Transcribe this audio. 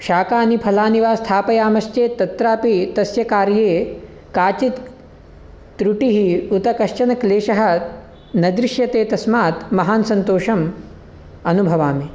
शाकानि फलानि वा स्थापयामश्चेत् तत्रापि तस्य कार्ये काचित् त्रुटिः उत कश्चन क्लेशः न दृश्यते तस्मात् महान् सन्तोषम् अनुभवामि